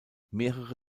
mehrere